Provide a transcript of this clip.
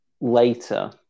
later